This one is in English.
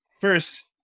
First